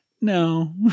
No